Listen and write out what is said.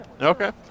Okay